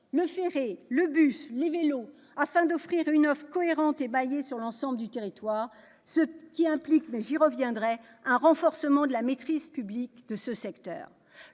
le ferroviaire, le bus, les vélos -, afin d'offrir une offre cohérente et maillée sur l'ensemble du territoire, ce qui implique, mais j'y reviendrai, un renforcement de la maîtrise publique de ce secteur.